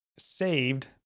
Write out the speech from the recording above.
saved